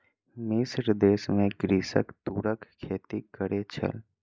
मिस्र देश में कृषक तूरक खेती करै छल